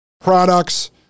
products